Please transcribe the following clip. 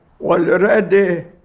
already